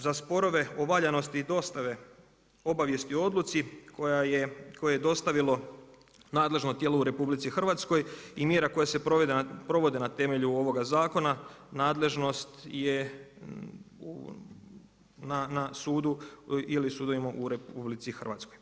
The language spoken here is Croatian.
Za sporove o valjanosti dostave obavijesti o odluci koju je dostavilo nadležno tijelu u RH i mjera koje se provode na temelju ovoga zakona nadležnost je na sudu ili sudovima u RH.